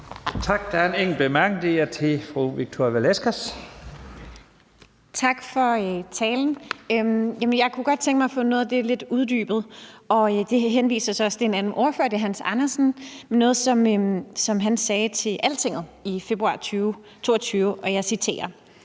til fru Victoria Velasquez. Kl. 12:17 Victoria Velasquez (EL): Tak for talen. Jeg kunne godt tænke mig at få noget af det uddybet lidt. Det vedrører så også en anden ordfører – det er Hans Andersen – og noget, som han sagde til Altinget i februar 2022, og jeg citerer: